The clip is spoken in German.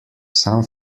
san